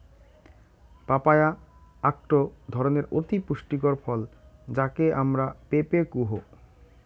papaya আকটো ধরণের অতি পুষ্টিকর ফল যাকে আমরা পেঁপে কুহ